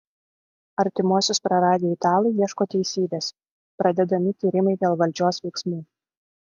artimuosius praradę italai ieško teisybės pradedami tyrimai dėl valdžios veiksmų